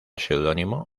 pseudónimo